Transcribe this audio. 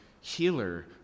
healer